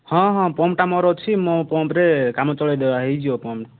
ହଁ ହଁ ପମ୍ପ୍ଟା ମୋର ଅଛି ମୋ ପମ୍ପ୍ରେ କାମ ଚଳାଇଦେବା ହୋଇଯିବ ପମ୍ପ୍